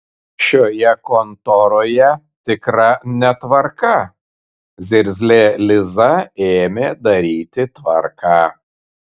šioje kontoroje tikra netvarka zirzlė liza ėmė daryti tvarką